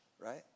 right